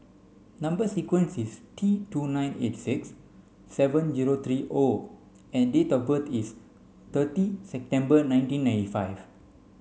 number sequence is T two nine eight six seven zero three O and date of birth is thirty September nineteen ninety five